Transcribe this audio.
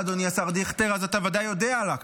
זה מוביל אותי, אדוני, לתקציב שעבר עכשיו,